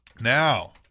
Now